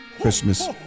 Christmas